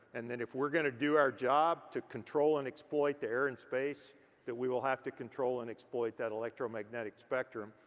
and then if we're gonna do our job to control and exploit the air and space then we will have to control and exploit that electromagnetic spectrum.